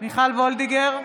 מיכל וולדיגר,